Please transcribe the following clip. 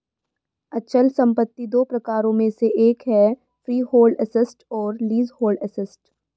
अचल संपत्ति दो प्रकारों में से एक है फ्रीहोल्ड एसेट्स और लीजहोल्ड एसेट्स